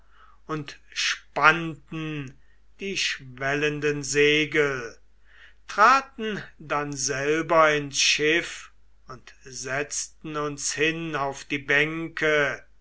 und spannten die schwellenden segel traten dann selber ins schiff und setzten uns hin auf die bänke